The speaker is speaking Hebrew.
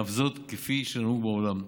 אף זאת כפי שנהוג בעולם.